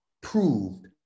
proved